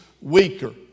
weaker